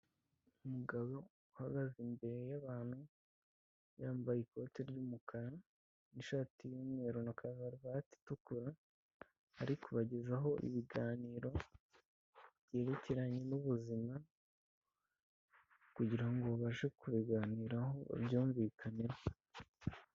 Umugabo uhagaze imbere y'abantu yambaye ikote ry'umukara, ishati y'umweru na kavaruvati itukura, ari kubagezaho ibiganiro byerekeranye n'ubuzima, kugirango ubashe kubiganiraho byumvikaneho.